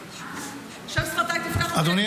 אדוני